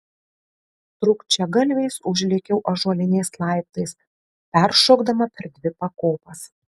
trūkčiagalviais užlėkiau ąžuoliniais laiptais peršokdama per dvi pakopas